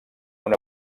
una